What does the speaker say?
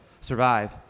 survive